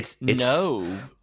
No